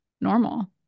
normal